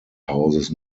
hauses